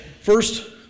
First